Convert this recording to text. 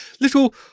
little